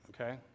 okay